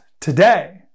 today